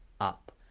up